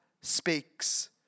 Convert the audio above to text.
speaks